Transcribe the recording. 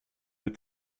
est